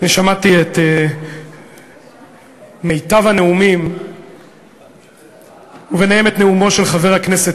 שמעתי את מיטב הנאומים וביניהם את נאומו של חבר הכנסת